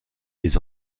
les